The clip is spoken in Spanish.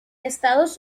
estados